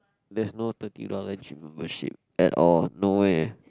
there is no thirty dollar gym membership at all no way